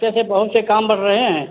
तो ऐसे बहुत से काम बढ़ रहे हैं